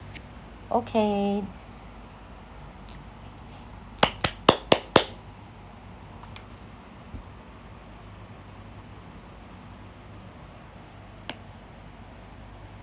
okay